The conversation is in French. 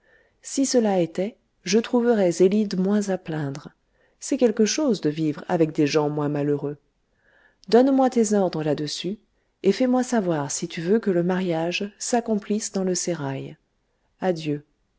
si cela étoit je trouverois zélide moins à plaindre c'est quelque chose de vivre avec des gens moins malheureux donne-moi tes ordres là-dessus et fais-moi savoir si tu veux que le mariage s'accomplisse dans le sérail adieu